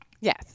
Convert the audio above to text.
yes